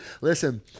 Listen